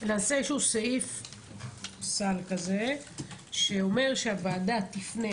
נעשה איזשהו סעיף סל כזה שאומר שהוועדה תפנה